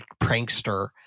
prankster